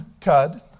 cud